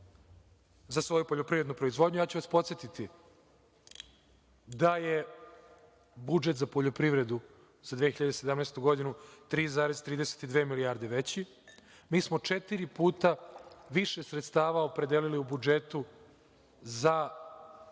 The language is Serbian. za svoju poljoprivrednu proizvodnju. Podsetiću vas, da je budžet za poljoprivredu za 2017. godinu 3,32 milijarde veći. Mi smo četiri puta više sredstava opredelili u budžetu za